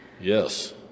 Yes